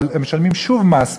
אבל הם משלמים שוב מס,